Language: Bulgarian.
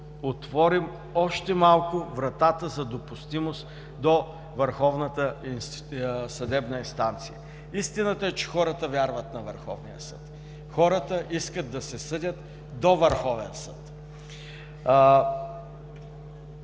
отворим още малко вратата за допустимост до върховната съдебна инстанция. Истината е, че хората вярват на Върховния съд. Хората искат да се съдят до Върховен съд.